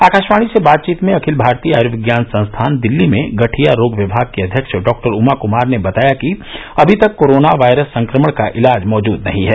आकाशवाणी से बातचीत में अखिल भारतीय आयुर्विज्ञान संस्थान दिल्ली में गठिया रोग विमाग की अध्यक्ष डाक्टर उमा कुमार ने बताया कि अभी तक कोरोना वायरस संक्रमण का इलाज मौजूद नहीं है